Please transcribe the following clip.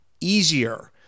easier